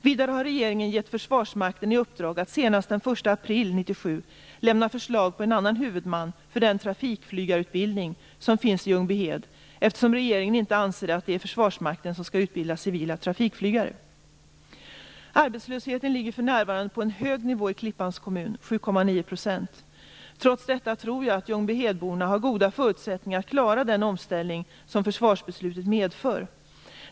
Vidare har regeringen gett Försvarsmakten i uppdrag att senast den 1 april 1997 lämna förslag på en annan huvudman för den trafikflygarutbildning som finns i Ljungbyhed, eftersom regeringen inte anser att det är Arbetslösheten ligger för närvarande på en hög nivå i Klippans kommun, 7,9 %. Trots detta tror jag att Ljungbyhedborna har goda förutsättningar att klara den omställning som försvarsbeslutet medför.